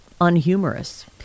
unhumorous